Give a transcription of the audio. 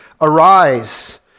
Arise